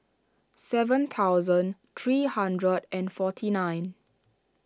seven thousand three hundred and forty nine